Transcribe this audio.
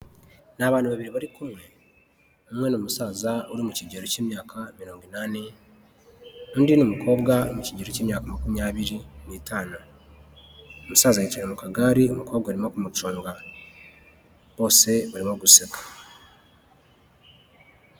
Ni abantu babiri bari kumwe, umwe n'umusaza uri mu kigero cy'imyaka mirongo inani undi ni umukobwa mu kigero cy'imyaka makumyabiri n'itanu, umusaza yicaye mu kagare umukobwa arimo kumucunga bose barimo guseka.